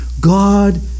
God